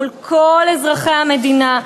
מול כל אזרחי המדינה,